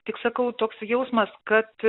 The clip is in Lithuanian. tik sakau toks jausmas kad